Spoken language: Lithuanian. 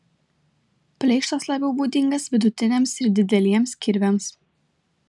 pleištas labiau būdingas vidutiniams ir dideliems kirviams